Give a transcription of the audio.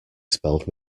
spelled